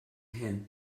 him